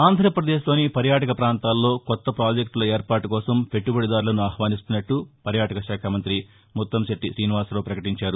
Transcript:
ఆంధ్రప్రదేశ్లోని పర్యాటక పాంతాల్లో కొత్త ప్రాజెక్టుల ఏర్పాటు కోసం పెట్టుబడి దారులను ఆహ్వానిస్తున్నట్లు పర్యాటక శాఖ మంతి ముత్తంకెట్లి శ్రీనివాసరావు పకటించారు